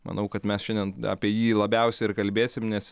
manau kad mes šiandien apie jį labiausia ir kalbėsim nes